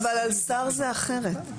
אבל על שר זה אחרת.